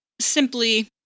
Simply